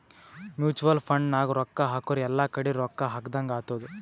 mutual fund ನಾಗ್ ರೊಕ್ಕಾ ಹಾಕುರ್ ಎಲ್ಲಾ ಕಡಿ ರೊಕ್ಕಾ ಹಾಕದಂಗ್ ಆತ್ತುದ್